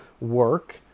work